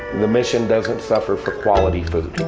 the mission doesn't suffer for quality food.